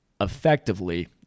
effectively